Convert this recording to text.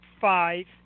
five